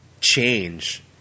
change